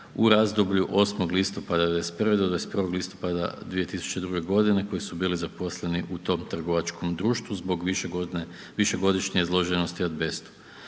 u razdoblju 8. listopada '91. do 21. listopada 2002. g. koji su bili zaposleni u tom trgovačkom društvu zbog višegodišnje izloženosti azbestu.